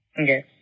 Okay